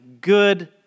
good